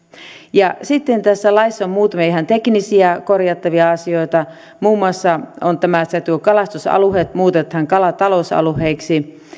sitten tässä laissa on muutamia ihan teknisiä korjattavia asioita muun muassa tämä että kalastusalueet muutetaan kalatalousalueiksi